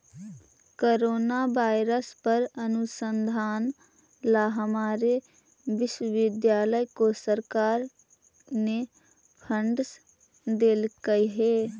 corona virus पर अनुसंधान ला हमारे विश्वविद्यालय को सरकार ने फंडस देलकइ हे